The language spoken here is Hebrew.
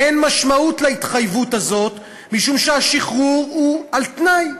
אין משמעות להתחייבות הזאת, משום שהשחרור על-תנאי.